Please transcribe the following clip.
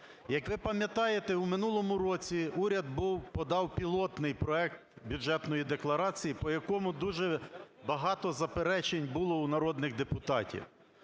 Як ви пам'ятаєте, у милому році уряд був подав пілотний проект бюджетної декларації, по якому дуже багато заперечень було у народних депутатів.